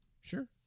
Sure